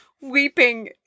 weeping